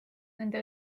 nende